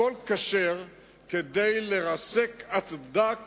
הכול כשר כדי לרסק עד דק